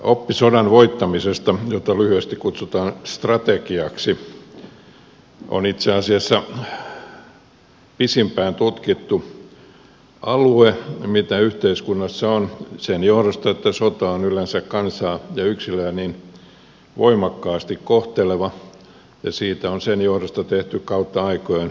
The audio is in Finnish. oppi sodan voittamisesta jota lyhyesti kutsutaan strategiaksi on itse asiassa pisimpään tutkittu alue mitä yhteiskunnassa on sen johdosta että sota on yleensä kansaa ja yksilöä niin voimakkaasti kohteleva ja siitä on sen johdosta kautta aikojen tehty hyvät dokumentit